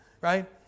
right